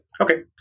Okay